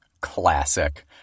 Classic